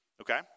okay